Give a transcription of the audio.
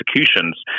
executions